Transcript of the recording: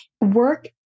Work